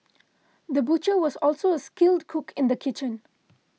the butcher was also a skilled cook in the kitchen